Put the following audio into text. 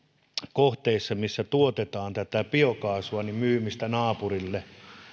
kohteissa missä tuotetaan biokaasua naapurille